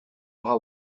bras